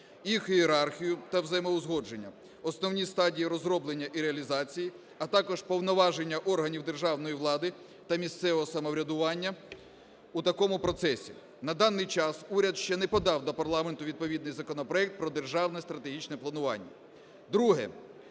їх ієрархію та взаємоузгодження, основні стадії розроблення і реалізації, а також повноваження органів державної влади та місцевого самоврядування у такому процесі. На даний час уряд ще не подав до парламенту відповідний законопроект про державне стратегічне планування.